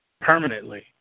permanently